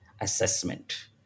assessment